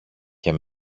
και